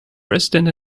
president